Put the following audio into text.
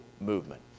movement